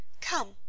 Come